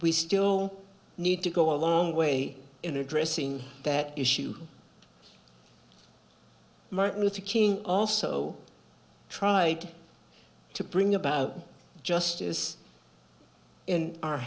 we still need to go a long way in addressing that issue martin luther king also tried to bring about justice in our